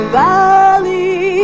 valley